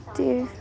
ते